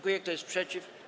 Kto jest przeciw?